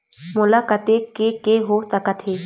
मोला कतेक के के हो सकत हे?